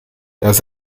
das